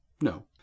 No